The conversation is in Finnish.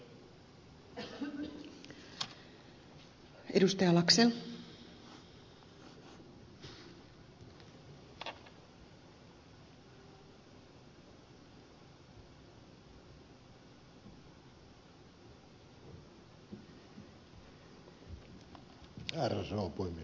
arvoisa rouva puhemies